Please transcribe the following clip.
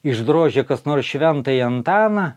išdrožė kas nors šventąjį antaną